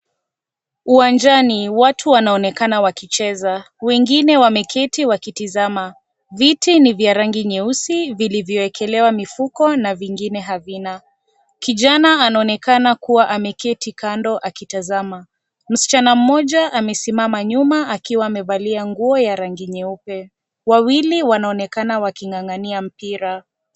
Uwanjani watu wanaonekana wakicheza wengine wameketi wakitizama . Viti ni vya rangi nyeusi vilivyoekelewa mifuko na vingine havina . Kijana anaonekana kuwa ameketi kando akitazama . Msichana mmoja amesimama nyuma akiwa amevalia nguo ya rangi nyeupe, wawili wanaonekana waking'ang'ania mpira.